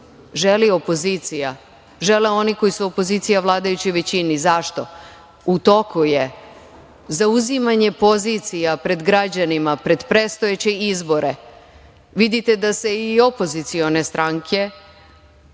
želi opozicija, žele oni koji su opozicija vladajućoj većini. Zašto? U toku je zauzimanje pozicija pred građanima pred predstojeće izbore. Vidite da se i opozicione stranke,